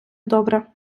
добре